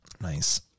Nice